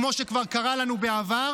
כמו שכבר קרה לנו בעבר.